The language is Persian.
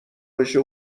بشه